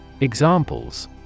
Examples